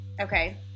Okay